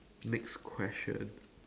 next question